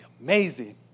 amazing